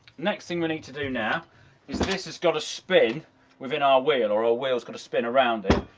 next thing we need to do now is this has got to spin within our wheel and or our wheel's got to spin around it.